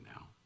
now